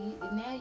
now